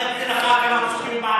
נהפוך הוא.